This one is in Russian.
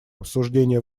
обсуждение